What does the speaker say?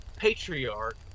patriarch